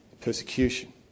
persecution